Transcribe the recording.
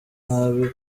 nabi